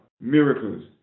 miracles